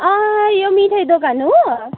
यो मिठाई दोकान हो